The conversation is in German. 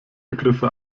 begriffe